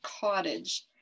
Cottage